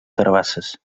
carabasses